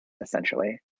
essentially